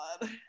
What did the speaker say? God